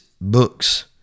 books